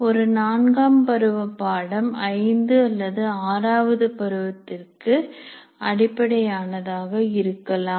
ஒரு நான்காம் பருவம் பாடம் ஐந்து அல்லது ஆறாவது பருவத்திற்கு அடிப்படை ஆனதாக இருக்கலாம்